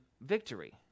victory